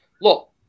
look